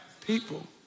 people